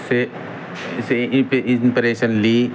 سے اسے انپریشن لی